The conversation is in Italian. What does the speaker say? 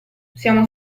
siamo